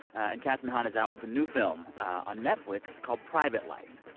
and kathryn hahn is out with the new film on netflix called private life.